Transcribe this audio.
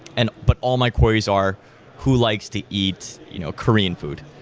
and but all my queries are who likes to eat you know korean food?